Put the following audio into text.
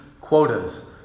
quotas